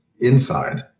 inside